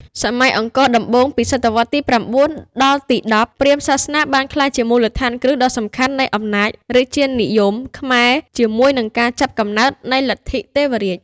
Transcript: សម័យអង្គរដំបូង ពីសតវត្សរ៍ទី ៩ ដល់ទី ១០ ព្រាហ្មណ៍សាសនាបានក្លាយជាមូលដ្ឋានគ្រឹះដ៏សំខាន់នៃអំណាចរាជានិយមខ្មែរ ជាមួយនឹងការចាប់កំណើតនៃ លទ្ធិទេវរាជ។